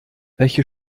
welche